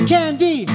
Candy